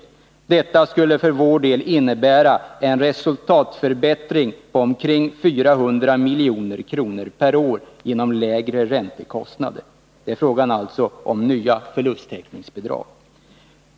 Detta skulle för vår del innebära en resultatförbättring på omkring 400 miljoner kronor per år genom lägre räntekostnader, säger Erland Wessberg.” Det är alltså fråga om nya förlusttäckningsbidrag!